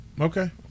Okay